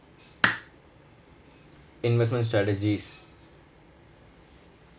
investment strategies